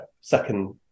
second